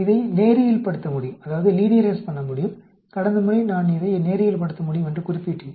இதை நேரியல்படுத்த முடியும் கடந்த முறை நான் இதை நேரியல்படுத்த முடியும் என்று குறிப்பிட்டேன்